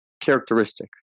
characteristic